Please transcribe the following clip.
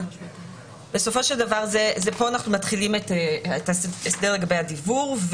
בסופו של דבר פה אנחנו מתחילים את ההסדר לגבי הדיוור,